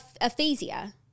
aphasia